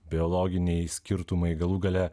biologiniai skirtumai galų gale